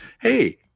Hey